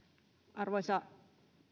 arvoisa